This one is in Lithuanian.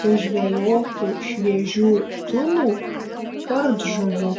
sužvejotų šviežių tunų kardžuvių